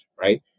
right